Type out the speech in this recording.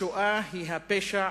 השואה היא הפשע